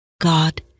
God